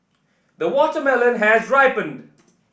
the watermelon has ripened